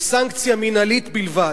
מסנקציה מינהלית בלבד,